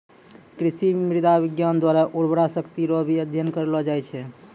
कृषि मृदा विज्ञान द्वारा उर्वरा शक्ति रो भी अध्ययन करलो जाय छै